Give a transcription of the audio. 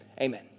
amen